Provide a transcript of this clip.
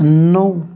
نوٚو